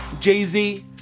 Jay-Z